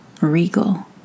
regal